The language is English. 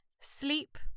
sleep